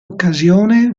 occasione